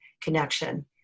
connection